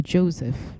Joseph